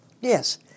Yes